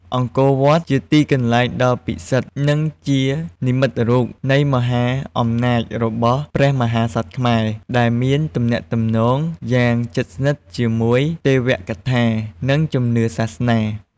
អង្គរវត្ត ជាទីកន្លែងដ៏ពិសិដ្ឋ និងជានិមិត្តរូបនៃមហាអំណាចរបស់ព្រះមហាក្សត្រខ្មែរ ដែលមានទំនាក់ទំនងយ៉ាងជិតស្និទ្ធជាមួយទេវកថា និងជំនឿសាសនា។